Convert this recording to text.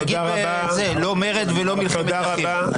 תגיד לא מרד ולא מלחמת אחים,